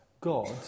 God